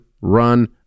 run